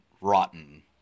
rotten